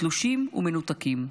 תלושים ומנותקים,